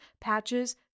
patches